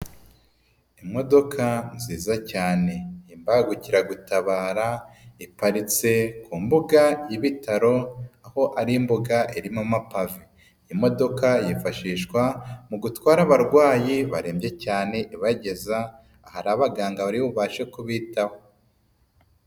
Imodoka nziza cyane y'imbangukiragutabara iparitse ku mbuga y'ibitaro, aho ari imboga irimo amapave. Imodoka yifashishwa mu gutwara abarwayi barembye cyane ibageza ahari abaganga baribubashe kubitaho.